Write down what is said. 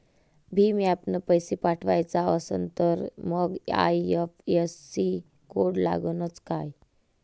भीम ॲपनं पैसे पाठवायचा असन तर मंग आय.एफ.एस.सी कोड लागनच काय?